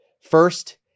First